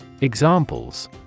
Examples